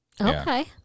Okay